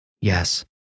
Yes